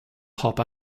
hop